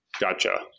Gotcha